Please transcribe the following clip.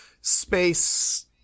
space